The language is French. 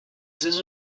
ses